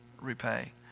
repay